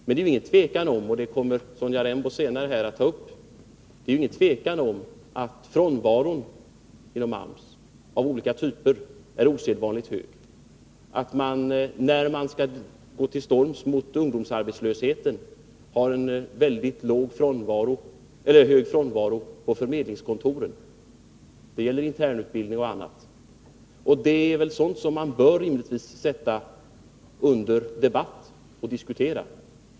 Men det är ju inget tvivel om, och det kommer Sonja Rembo senare att ta upp här, att olika typer av frånvaro inom AMS har osedvanligt hög " förekomst och att man, när man skall gå till aktion mot ungdomsarbetslös heten, har en väldigt stor frånvaro på förmedlingskontoren. Det är väl sådant som man rimligtvis bör sätta under debatt och diskutera.